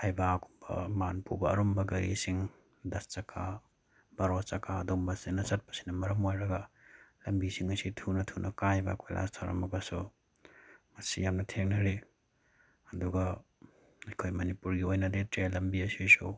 ꯍꯩꯕꯥꯒꯨꯝꯕ ꯃꯥꯟ ꯄꯨꯕ ꯑꯔꯨꯝꯕ ꯒꯥꯔꯤꯁꯤꯡ ꯗꯁ ꯆꯥꯀꯥ ꯕꯥꯔꯣ ꯆꯥꯀꯥ ꯑꯗꯨꯒꯨꯝꯕꯁꯤꯡꯅ ꯆꯠꯄꯁꯤꯅ ꯃꯔꯝ ꯑꯣꯏꯔꯒ ꯂꯝꯕꯤꯁꯤꯡ ꯑꯁꯤ ꯊꯨꯅ ꯊꯨꯅ ꯀꯥꯏꯕ ꯀꯣꯏꯂꯥꯁ ꯊꯥꯔꯝꯃꯒꯁꯨ ꯃꯁꯤ ꯌꯥꯝꯅ ꯊꯦꯡꯅꯔꯤ ꯑꯗꯨꯒ ꯑꯩꯈꯣꯏ ꯃꯅꯤꯄꯨꯔꯒꯤ ꯑꯣꯏꯅꯗꯤ ꯇ꯭ꯔꯦꯟ ꯂꯝꯕꯤ ꯑꯁꯤꯁꯨ